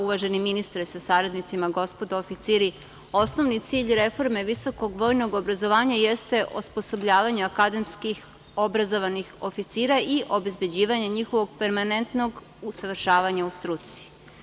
Uvaženi ministre sa saradnicima, gospodo oficiri, osnovni cilj reforme visokog vojnog obrazovanja jeste osposobljavanje akademskih obrazovanih oficira i obezbeđivanje njihovog permanentnog usavršavanja u struci.